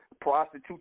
prostitute